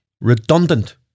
redundant